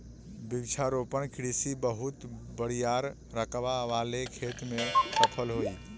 वृक्षारोपण कृषि बहुत बड़ियार रकबा वाले खेत में सफल होई